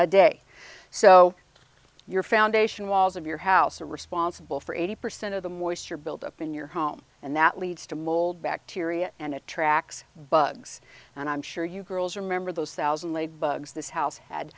a day so your foundation walls of your house are responsible for eighty percent of them waste your buildup in your home and that leads to mold bacteria and it tracks bugs and i'm sure you girls remember those thousand lay bugs this h